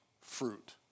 fruit